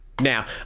now